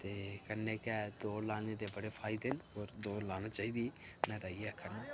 ते कन्नै गै दौड़ लाने दे बड़े फायदे न होर दौड़ लाने चाहिदी में ते इ'यै आखना